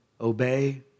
Obey